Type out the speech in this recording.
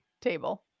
table